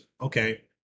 okay